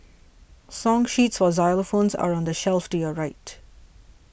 song sheets for xylophones are on the shelf to your right